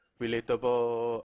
relatable